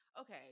Okay